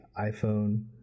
iPhone